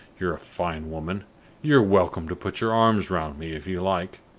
you're a fine woman you're welcome to put your arms round me if you like.